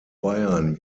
bayern